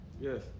Yes